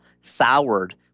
soured